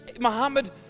Muhammad